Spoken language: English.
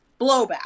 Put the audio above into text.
blowback